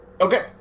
Okay